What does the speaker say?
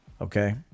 okay